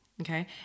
Okay